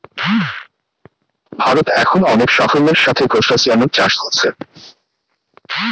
ভারত এখন অনেক সাফল্যের সাথে ক্রস্টাসিআন চাষ কোরছে